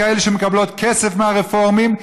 או כאלה שמקבלות כסף מהרפורמים,